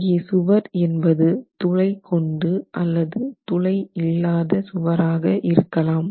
இங்கே சுவர் என்பது துளை கொண்டு அல்லது துளை இல்லாத சுவராக இருக்கலாம்